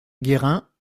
guérin